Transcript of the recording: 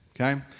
okay